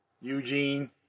Eugene